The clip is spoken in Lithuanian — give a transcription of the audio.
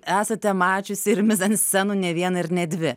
esate mačiusi ir mizanscenų ne vieną ir ne dvi